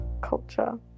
culture